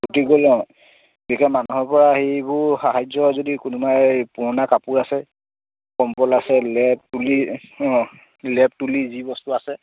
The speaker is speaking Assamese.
উটি গ'ল অঁ গতিকে মানুহৰপৰা সেইবোৰ সাহাৰ্য যদি কোনোবাই পুৰণা কাপোৰ আছে কম্বল আছে লেপ তুলি অঁ লেপ তুলি যি বস্তু আছে